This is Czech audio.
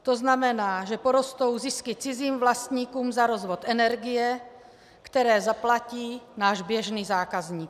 To znamená, že porostou zisky cizím vlastníkům za rozvod energie, které zaplatí náš běžný zákazník.